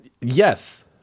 Yes